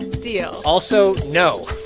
deal also no